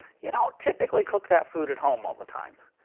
yeah don't typically cook that food at home all the time.